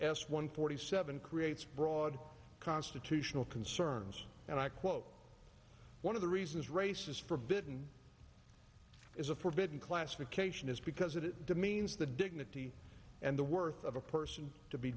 s one forty seven creates broad constitutional concerns and i quote one of the reasons race is forbidden is a forbidden classification is because it demeans the dignity and the worth of a person to be